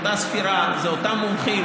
זאת אותה ספירה, אלה אותם מומחים.